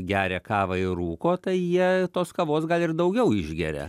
geria kavą ir rūko tai jie tos kavos gal ir daugiau išgeria